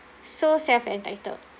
so self-entitled